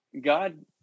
God